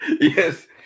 yes